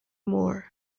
moore